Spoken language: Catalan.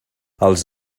els